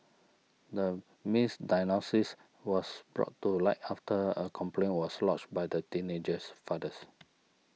the misdiagnosis was brought to light after a complaint was lodged by the teenager's fathers